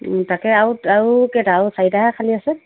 তাকে আৰু আৰু কেইটা আৰু চাৰিটাহে খালী আছে